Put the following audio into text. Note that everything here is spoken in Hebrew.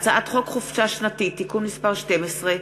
הצעת חוק חופשה שנתית (תיקון מס' 12)